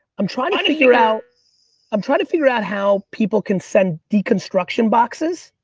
i'm trying to figure out i'm trying to figure out how people can send deconstruction boxes.